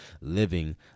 living